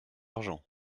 argent